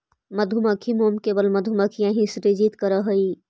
मधुमक्खी मोम केवल मधुमक्खियां ही सृजित करअ हई